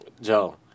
Joe